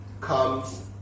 comes